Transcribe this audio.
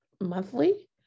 monthly